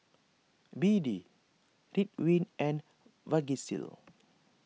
B D Ridwind and Vagisil